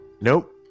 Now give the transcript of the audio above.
Nope